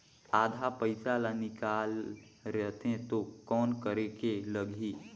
आधा पइसा ला निकाल रतें तो कौन करेके लगही?